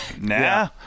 Nah